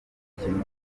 umukinnyi